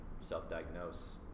self-diagnose